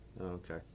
okay